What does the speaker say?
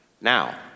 now